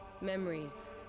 Memories